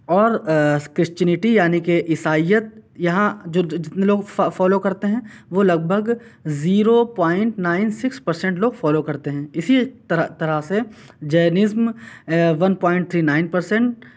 اور کرسچنٹی یعنی کہ عیسائیت یہاں جتنے لوگ فالو کرتے ہیں وہ لگ بھگ zero point nine six percent لوگ فالو کرتے ہیں اسی طرح طرح سے Jainism one point three nine percent